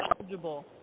eligible